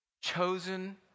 chosen